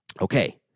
Okay